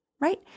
right